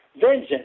vengeance